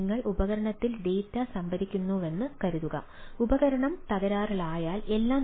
നിങ്ങൾ ഉപകരണത്തിൽ ഡാറ്റ സംഭരിക്കുന്നുവെന്ന് കരുതുക ഉപകരണം എല്ലാം